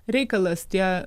reikalas tie